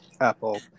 Apple